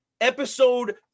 episode